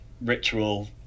ritual